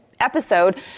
episode